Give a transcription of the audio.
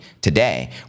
today